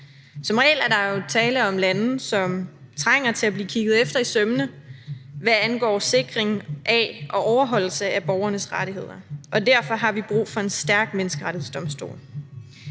Som regel er der jo tale om lande, som trænger til at blive kigget efter i sømmene, hvad angår sikring og overholdelse af borgernes rettigheder, og derfor har vi brug for en stærk menneskerettighedsdomstol.